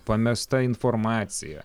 pamesta informacija